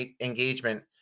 engagement